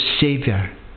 Savior